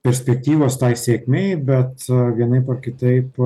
perspektyvos tai sėkmei bet vienaip ar kitaip